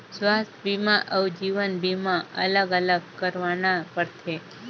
स्वास्थ बीमा अउ जीवन बीमा अलग अलग करवाना पड़थे?